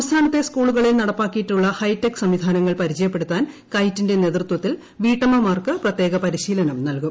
സംസ്ഥാനത്തെ സ്കൂളുകളിൽ നടപ്പാക്കിയിട്ടുള്ള ഹൈടെക് സംവിധാനങ്ങൾ പരിചയപ്പെടുത്താൻ കൈറ്റിന്റെ നേതൃത്വത്തിൽ വീട്ടമ്മമാർക്ക് പ്രത്യക പരിശീലനം നൽകും